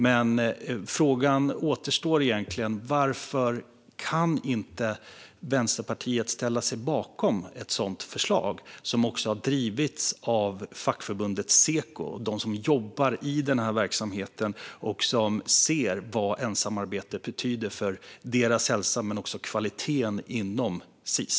Men frågan återstår: Varför kan inte Vänsterpartiet ställa sig bakom ett sådant förslag, som också har drivits av fackförbundet Seko och dem som jobbar i den här verksamheten och ser vad ensamarbetet betyder för deras hälsa och kvaliteten inom Sis?